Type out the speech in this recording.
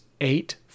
eight